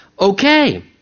okay